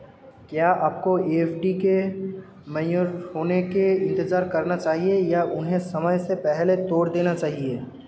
क्या आपको एफ.डी के मैच्योर होने का इंतज़ार करना चाहिए या उन्हें समय से पहले तोड़ देना चाहिए?